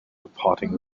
departing